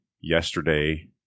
yesterday